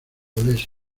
olés